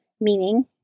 meaning